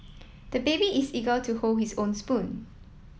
the baby is eager to hold his own spoon